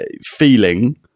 feeling